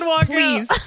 please